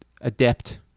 adept